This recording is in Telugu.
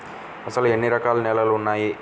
అసలు ఎన్ని రకాల నేలలు వున్నాయి?